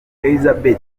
elizabeth